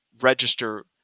register